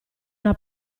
una